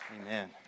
Amen